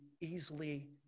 easily